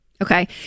Okay